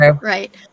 Right